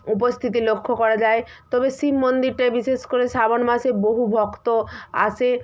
উপস্থিতি লক্ষ্য করা যায় তবে শিব মন্দিরটায় বিশেষ করে শ্রাবণ মাসে বহু ভক্ত আসে